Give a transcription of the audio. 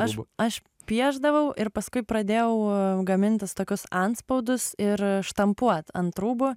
aš aš piešdavau ir paskui pradėjau gamintis tokius antspaudus ir štampuot ant rūbų